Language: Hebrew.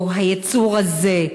או "היצור הזה",